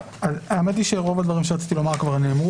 האמת היא שרוב הדברים שרציתי לומר כבר נאמרו